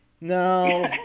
No